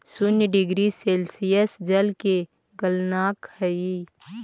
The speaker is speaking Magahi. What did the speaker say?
शून्य डिग्री सेल्सियस जल के गलनांक हई